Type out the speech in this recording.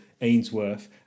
Ainsworth